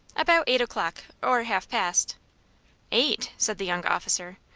about eight o'clock or half-past. eight! said the young officer.